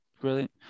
brilliant